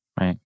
Right